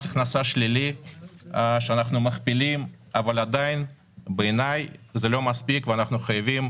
הכנסה שלילי שאנחנו מכפילים אבל עדיין בעיני זה לא מספיק ואנחנו חייבים